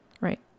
Right